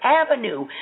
avenue